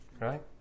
Right